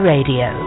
Radio